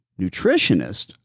nutritionist